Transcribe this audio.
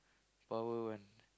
power one